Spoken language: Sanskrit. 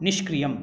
निष्क्रियम्